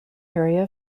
area